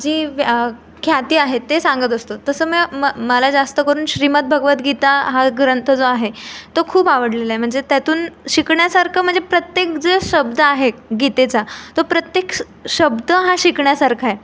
जी ख्याती आहेत ते सांगत असतो तसं म म मला जास्त करून श्रीमद्भगवत गीता हा ग्रंथ जो आहे तो खूप आवडलेला आहे म्हणजे त्यातून शिकण्यासारखं म्हणजे प्रत्येक जे शब्द आहे गीतेचा तो प्रत्येक शब्द हा शिकण्यासारखा आहे